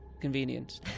convenient